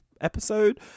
episode